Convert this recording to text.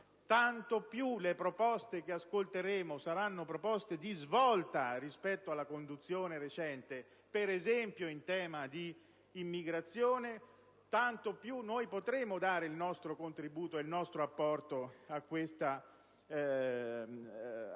tanto più le proposte che ascolteremo saranno di svolta rispetto alla conduzione recente, per esempio in tema di immigrazione, tanto più noi potremo dare il nostro contributo e il nostro apporto ad una gestione